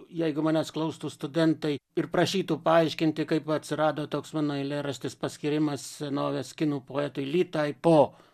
jeigu manęs klaustų studentai ir prašytų paaiškinti kaip atsirado toks mano eilėraštis paskyrimas senovės kinų poetui ly tai po